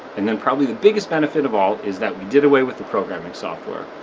and then probably the biggest benefit of all, is that we did away with the programming software.